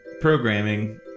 programming